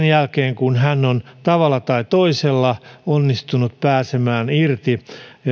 jälkeen kun hän on tavalla tai toisella onnistunut pääsemään irti